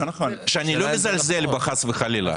אני לא מזלזל בה חס וחלילה,